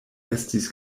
estis